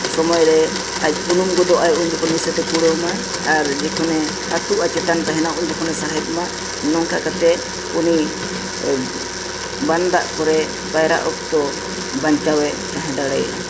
ᱥᱚᱢᱚᱭ ᱨᱮ ᱟᱡ ᱩᱱᱩᱢ ᱜᱚᱫᱚᱜᱟᱭ ᱩᱱ ᱡᱚᱠᱷᱚᱱ ᱱᱤᱥᱥᱟᱥᱮ ᱠᱩᱲᱟᱹᱣᱢᱟ ᱟᱨ ᱡᱚᱠᱷᱚᱱᱮ ᱟᱹᱛᱩᱜᱼᱟ ᱪᱮᱛᱟᱱ ᱛᱟᱦᱮᱱᱟ ᱩᱱ ᱡᱚᱠᱷᱚᱱᱮ ᱥᱟᱦᱮᱫᱢᱟ ᱱᱚᱝᱠᱟ ᱠᱟᱛᱮᱫ ᱩᱱᱤ ᱵᱟᱱ ᱫᱟᱜ ᱠᱚᱨᱮ ᱯᱟᱭᱨᱟᱜ ᱚᱠᱛᱚ ᱵᱟᱧᱪᱟᱣᱮ ᱛᱟᱦᱮᱸ ᱫᱟᱲᱮᱭᱟᱜᱼᱟ